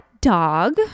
dog